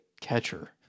catcher